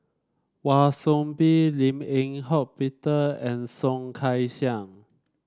Wan Soon Bee Lim Eng Hock Peter and Soh Kay Siang